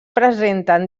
presenten